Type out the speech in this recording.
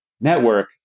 network